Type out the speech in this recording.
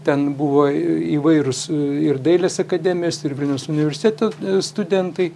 ten buvo įvairūs ir dailės akademijos ir vilniaus universiteto studentai